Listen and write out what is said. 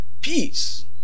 peace